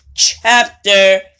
Chapter